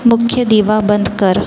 मुख्य दिवा बंद कर